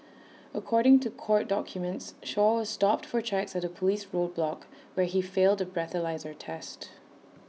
according to court documents Shaw was stopped for checks at A Police roadblock where he failed A breathalyser test